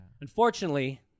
Unfortunately